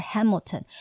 Hamilton